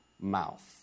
mouth